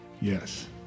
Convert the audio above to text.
Yes